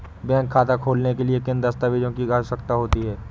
Bank खाता खोलने के लिए किन दस्तावेजों की आवश्यकता होती है?